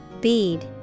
Bead